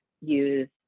use